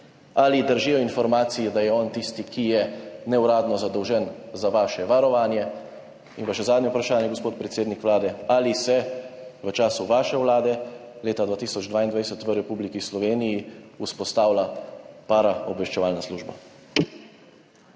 Ali držijo informacije, da je on tisti, ki je neuradno zadolžen za vaše varovanje? In pa še zadnje vprašanje, gospod predsednik Vlade: Ali se v času vaše vlade leta 2022 v Republiki Sloveniji vzpostavlja paraobveščevalna služba?